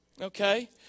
okay